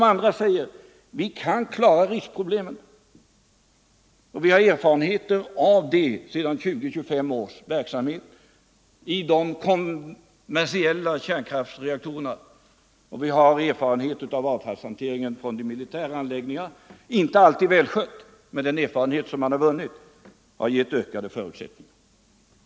Många säger: Vi kan klara riskproblemen; vi har erfarenhet från 20-25 års verksamhet med de kommersiella kärnkraftreaktorerna; vi har erfarenhet av avfallshantering från militära anläggningar. Den hanteringen har inte alltid varit välskött, men den erfarenhet man har vunnit har gett ökade förutsättningar att klara de problem som kan uppstå.